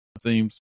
seems